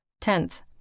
Tenth